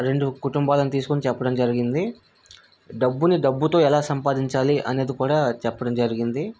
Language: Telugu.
రెండు కుటుంబాలను తీసుకొని చెప్పడం జరిగింది డబ్బుని డబ్బుతో ఎలా సంపాదించాలి అనేది కూడా చెప్పడం జరిగింది